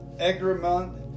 Egremont